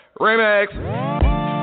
Remix